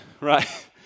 right